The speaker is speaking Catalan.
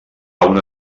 una